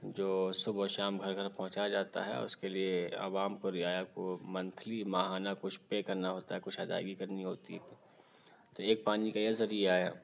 جو صُبح و شام گھر گھر پہنچایا جاتا ہے اور اُس کے لیے عوام کو رعایا کو منتھلی ماہانہ کچھ پے کرنا ہوتا ہے کچھ ادائیگی کرنی ہوتی ہے تو ایک پانی کا یہ ذریعہ ہے